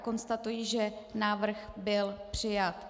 Konstatuji, že návrh byl přijat.